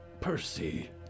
Percy